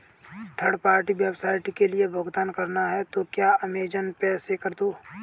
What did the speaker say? third party website के लिए भुगतान करना है तो क्या अमेज़न पे से कर दो